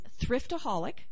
thriftaholic